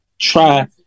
try